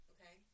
Okay